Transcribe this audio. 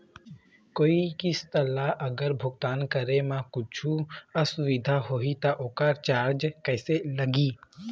कोई किस्त ला अगर भुगतान करे म कुछू असुविधा होही त ओकर चार्ज कैसे लगी?